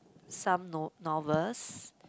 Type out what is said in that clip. some no~ novels